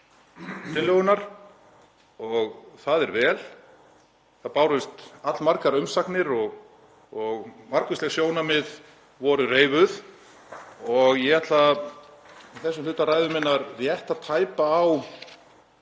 og það er vel. Það bárust allmargar umsagnir og margvísleg sjónarmið voru reifuð og ég ætla í þessum hluta ræðu minnar rétt að tæpa á